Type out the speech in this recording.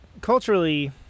culturally